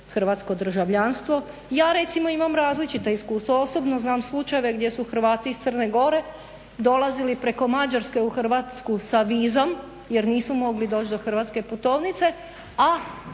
hrvatsko državljanstvo. Ja recimo imam različita iskustva. Osobno znam slučajeve gdje su Hrvati iz Crne Gore dolazili preko Mađarske u Hrvatsku sa vizom jer nisu mogli doći do hrvatske putovnice